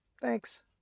Thanks